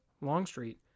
Longstreet